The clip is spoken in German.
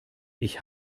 ich